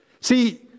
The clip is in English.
See